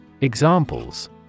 Examples